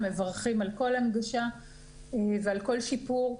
אנחנו מברכים על כל הנגשה ועל כל שיפור.